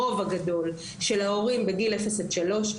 הרוב הגדול של ההורים בגיל אפס עד שלוש,